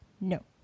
no